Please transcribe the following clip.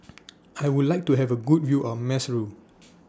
I Would like to Have A Good View of Maseru